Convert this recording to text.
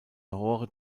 lahore